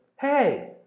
hey